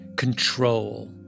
Control